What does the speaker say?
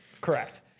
Correct